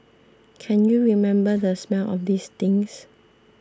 can you remember the smell of these things